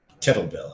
Kettlebell